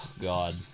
god